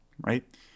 right